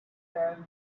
tell